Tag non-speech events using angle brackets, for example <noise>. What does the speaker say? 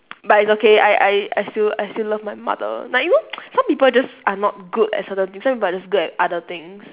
but it's okay I I I still I still love my mother like you know <noise> some people just are not good at certain things some people are just good at other things